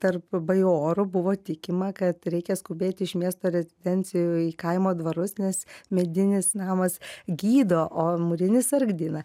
tarp bajorų buvo tikima kad reikia skubėt iš miesto rezidencijų į kaimo dvarus nes medinis namas gydo o mūrinis sargdina